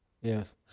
Yes